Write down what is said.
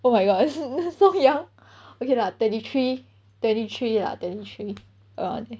oh my god so young okay lah twenty three twenty three lah twenty three err